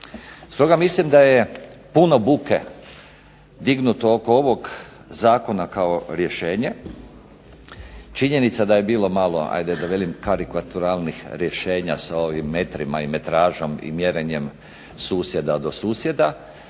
Stoga mislim da je puno buke dignuto oko ovog zakona kao rješenje. Činjenica da je bilo malo, ajde da velim karikaturalnih rješenja sa ovim metrima i metražom i mjerenjem susjeda do susjeda,